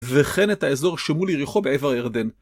וכן את האזור שמול יריחו ועבר הירדן.